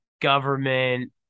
government